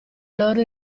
loro